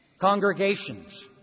Congregations